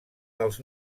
dels